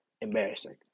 embarrassing